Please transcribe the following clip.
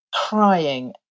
crying